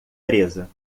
presa